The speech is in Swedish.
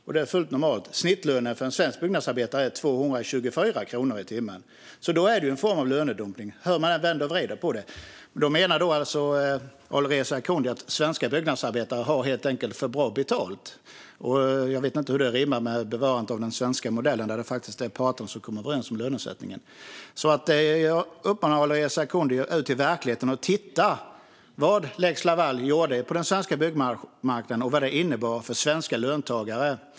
Det är fullt normalt. Snittlönen för en svensk byggnadsarbetare är 224 kronor i timmen, så det är en form av lönedumpning hur man än vrider och vänder på det. Alireza Akhondi menar alltså att svenska byggnadsarbetare helt enkelt har för bra betalt. Jag vet inte hur det rimmar med bevarandet av den svenska modellen, där det faktiskt är parterna som kommer överens om lönesättningen. Jag uppmanar Alireza Akhondi att gå ut i verkligheten och titta på vad lex Laval gjorde på den svenska byggmarknaden och vad det innebar för svenska löntagare.